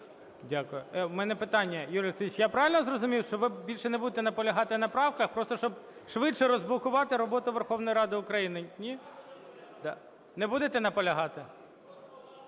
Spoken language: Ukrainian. Дякую. У мене питання, Юрій Олексійович, я правильно зрозумів, що ви більше не будете наполягати на правках, просто, щоб швидше розблокувати роботу Верховної Ради України. Ні? Не будете наполягати?